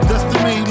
Destiny